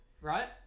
Right